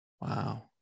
Wow